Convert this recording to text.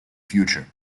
future